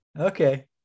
Okay